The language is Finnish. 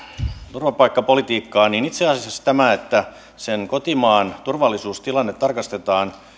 turvapaikkapolitiikkaan itse asiassa tämä että sen kotimaan turvallisuustilanne tarkastetaan